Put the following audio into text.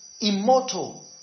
immortal